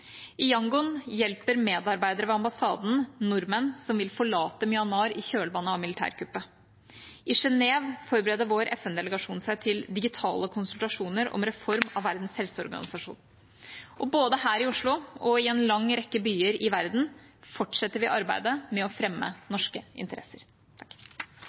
I Yangon hjelper medarbeidere ved ambassaden nordmenn som vil forlate Myanmar i kjølvannet av militærkuppet. I Genève forbereder vår FN-delegasjon seg til digitale konsultasjoner om reform av Verdens helseorganisasjon. Og både her i Oslo og i en lang rekke andre byer i verden fortsetter vi arbeidet med å fremme